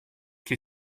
che